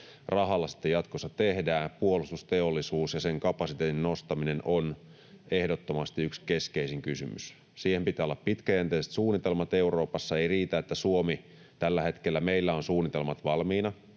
rahalla sitten jatkossa tehdään. Puolustusteollisuus ja sen kapasiteetin nostaminen on ehdottomasti yksi keskeisin kysymys. Siihen pitää olla pitkäjänteiset suunnitelmat Euroopassa. Ei riitä, että Suomessa tällä hetkellä meillä on suunnitelmat valmiina.